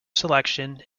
selection